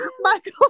Michael